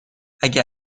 اگه